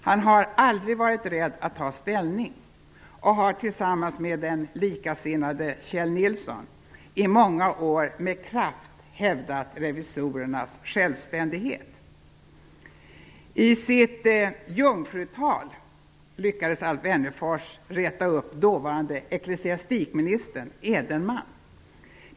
Han har aldrig varit rädd för att ta ställning och har tillsammans med den likasinnade Kjell Nilsson i många år med kraft hävdat revisorernas självständighet. I sitt jungfrutal lyckades Alf Wennerfors reta upp dåvarande ecklesiastikminister Edenman.